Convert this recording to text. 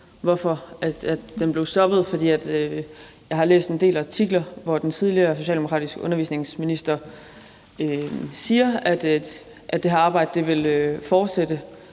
hvorfor den blev stoppet, for jeg har læst en del artikler, hvor den tidligere socialdemokratiske undervisningsminister siger, at det her arbejde vil fortsætte,